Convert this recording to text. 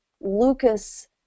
Lucas